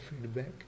feedback